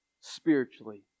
spiritually